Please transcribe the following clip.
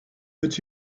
but